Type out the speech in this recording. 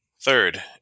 Third